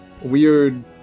weird